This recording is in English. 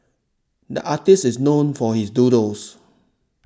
the artist is known for his doodles